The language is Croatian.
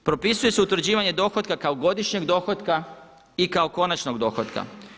Propisuje se utvrđivanje dohotka kao godišnjeg dohotka i kao konačnog dohotka.